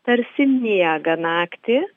tarsi miega naktį